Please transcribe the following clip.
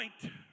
point